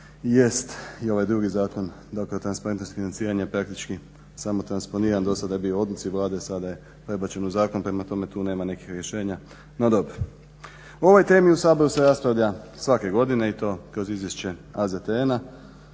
i ovaj drugi zakon, dakle o transparentnosti financiranja praktički samo transponiran. Do sada je bio u odluci Vlade, sada je prebačen u zakon. Prema tome, tu nema nekih rješenja, no dobro. O ovoj temi u Saboru se raspravlja svake godine i to kroz Izvješće AZTN-a